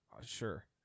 Sure